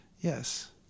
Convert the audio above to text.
Yes